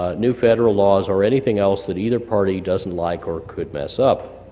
ah new federal laws, or anything else that either party doesn't like or could mess up.